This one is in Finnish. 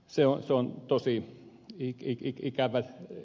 se on tosi ikävä tilanne